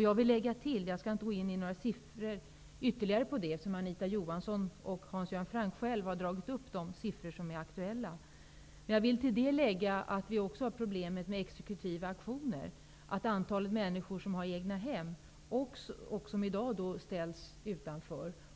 Jag skall inte gå in på några siffror, eftersom Anita Johansson och Hans Göran Franck har tagit upp de siffror som är aktuella. Men jag vill tillägga att vi också har problemet med exekutiva auktioner. Antalet människor som har egna hem och ställs